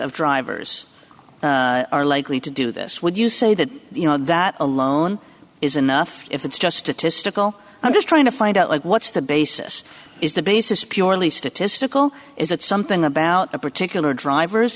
of drivers are likely to do this would you say that you know that alone is enough if it's just a to stickle i'm just trying to find out like what's the basis is the basis purely statistical is it something about a particular driver